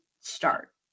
start